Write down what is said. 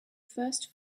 first